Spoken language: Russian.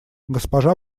госпожа